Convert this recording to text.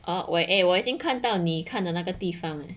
啊我 eh 我已经看到你看着那个地方